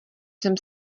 jsem